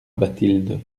bathilde